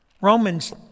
Romans